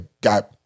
got